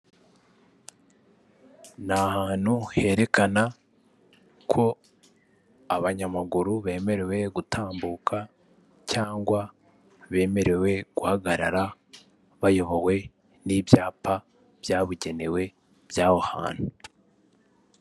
Ni ahantu herekana ko abanyamaguru bemerewe gutambuka, cyangwa bemerewe guhagarara, bayobowe n'ibyapa byabugenewe by'aho hantu.